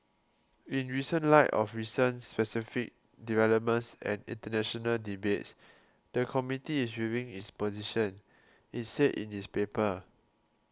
in recent light of recent specific developments and international debates the committee is reviewing its position it said in its paper